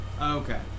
Okay